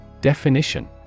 Definition